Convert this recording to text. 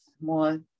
more